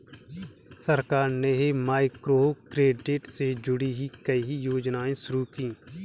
सरकार ने माइक्रोक्रेडिट से जुड़ी कई योजनाएं शुरू की